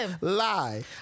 lie